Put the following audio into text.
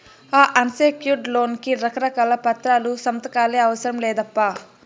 ఈ unsecured loan కి రకారకాల పత్రాలు, సంతకాలే అవసరం లేదప్పా